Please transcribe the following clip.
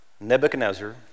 Nebuchadnezzar